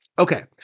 Okay